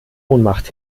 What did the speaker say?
ohnmacht